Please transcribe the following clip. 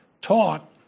taught